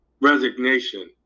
resignation